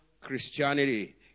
Christianity